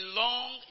long